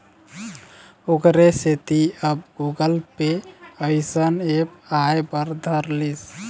ओखरे सेती अब गुगल पे अइसन ऐप आय बर धर लिस